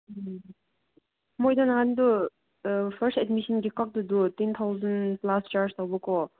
ꯎꯝ ꯃꯣꯏꯗꯨ ꯅꯍꯥꯟꯗꯨ ꯐꯥꯔꯁ ꯑꯦꯗꯃꯤꯁꯟꯒꯤ ꯈꯛꯇꯗꯨ ꯇꯦꯟ ꯊꯥꯎꯖꯟ ꯄ꯭ꯂꯁ ꯆꯥꯔꯖ ꯇꯧꯕꯀꯣ